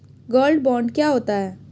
Gold bond क्या होता है?